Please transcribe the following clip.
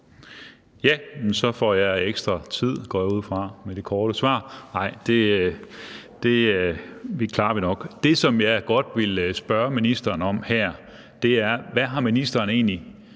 men så får jeg ekstra tid, går jeg ud fra, med det korte svar! Nej, det klarer vi nok. Det, som jeg godt vil spørge ministeren om her, er, hvad ministeren egentlig